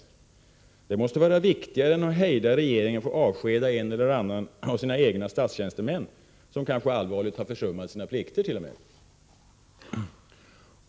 Detta måste vara viktigare än att hejda regeringen från att avskeda en eller annan av sina egna statstjänstemän, som kanske t.o.m. allvarligt har försummat sina plikter.